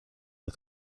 the